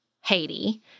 Haiti